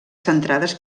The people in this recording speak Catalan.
centrades